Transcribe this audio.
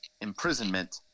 imprisonment